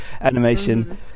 Animation